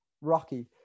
rocky